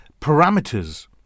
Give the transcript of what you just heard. parameters